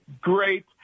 great